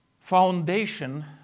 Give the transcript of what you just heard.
foundation